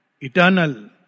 eternal